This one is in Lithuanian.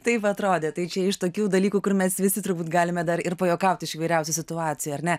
taip atrodė tai čia iš tokių dalykų kur mes visi turbūt galime dar ir pajuokauti iš įvairiausių situacijų ar ne